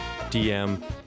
DM